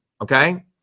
okay